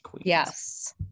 yes